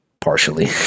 partially